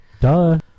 Duh